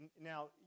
now